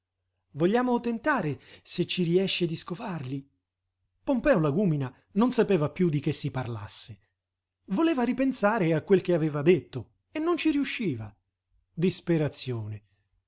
vogliamo tentare se ci riesce di scovarli pompeo lagúmina non sapeva piú di che si parlasse voleva ripensare a quel che aveva detto e non ci riusciva disperazione